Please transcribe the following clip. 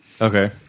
Okay